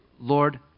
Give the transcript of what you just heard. Lord